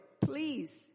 please